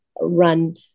run